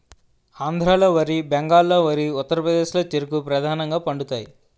ఆంధ్రాలో వరి బెంగాల్లో వరి ఉత్తరప్రదేశ్లో చెరుకు ప్రధానంగా పండుతాయి